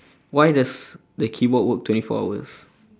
why does the keyboard work twenty four hours